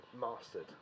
mastered